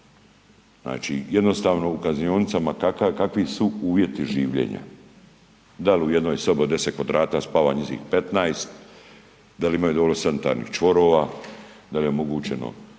znači jednostavno u kaznionicama kakvi su uvjeti življenja, dal u jednoj sobi od 10m2 spava njijzi 15, da li ima dovoljno sanitarnih čvorova, dal je omogućeno